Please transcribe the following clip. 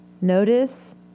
Notice